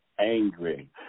angry